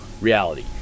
reality